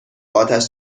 آتش